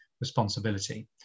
responsibility